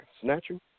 snatching